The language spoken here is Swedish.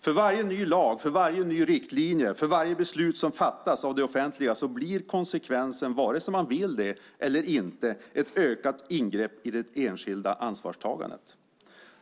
För varje ny lag, varje ny riktlinje och varje beslut som fattas av det offentliga blir konsekvensen vare sig man vill det eller inte ett ökat ingrepp i det enskilda ansvarstagandet.